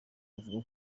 avuga